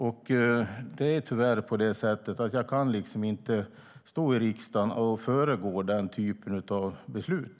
Därför kan jag inte stå i riksdagen och föregå den typen av beslut.